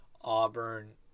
Auburn